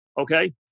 Okay